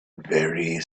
very